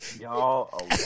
y'all